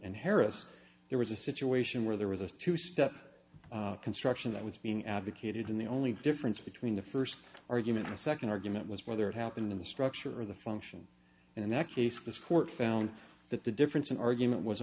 and harris there was a situation where there was a two step construction that was being advocated and the only difference between the first argument the second argument was whether it happened in the structure of the function and in that case this court found that the difference in argument was